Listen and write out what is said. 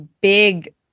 Big